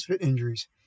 injuries